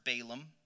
Balaam